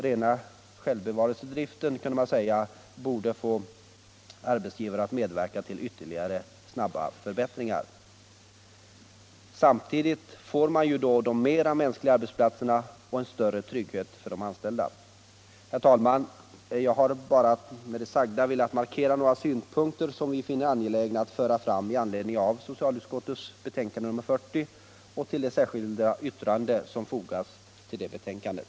Rena självbevarelsedriften borde — skulle man kunna säga — få arbetsgivarna att medverka till att ytterligare förbättringar snabbt vidtas. Samtidigt skapas då mänskligare arbetsplatser och större trygghet för de anställda. Herr talman! Jag har med det sagda bara velat markera några synpunkter som vi finner angeläget att föra fram i anledning av socialutskottets betänkande nr 40 och det särskilda yttrande som fogats till betänkandet.